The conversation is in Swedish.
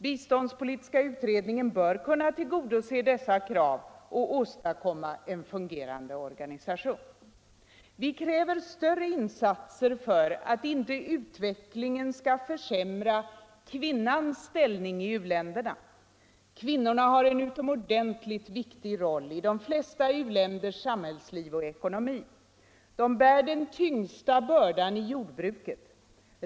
Biståndspolitiska utredningen bör kunna tillgodose dessa krav och åstadkomma en fungerande organisation. Vi kräver större insatser för att inte utvecklingen skall försämra kvinnornas ställning i u-länderna. Kvinnorna har en utomordentligt viktig roll i de flesta u-länders samhällsliv och ekonomi. De bär den tyngsta bördan i jordbruket.